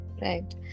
Right